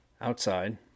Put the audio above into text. outside